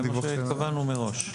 זה מה שהתכוונו מראש.